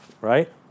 right